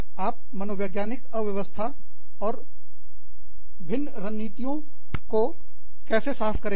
आप मनोवैज्ञानिक अव्यवस्था और भिन्न रणनीतियों को कैसे साफ करेंगे